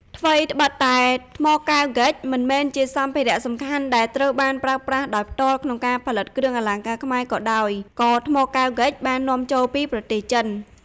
ថ្វីត្បិតតែថ្មកែវ (ហ្គិច) មិនមែនជាសម្ភារៈសំខាន់ដែលត្រូវបានប្រើប្រាស់ដោយផ្ទាល់ក្នុងការផលិតគ្រឿងអលង្ការខ្មែរក៏ដោយ ក៏ថ្មកែវ (ហ្គិច)បាននាំចូលពីប្រទេសចិន។